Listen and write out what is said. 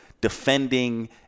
defending